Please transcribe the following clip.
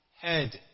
head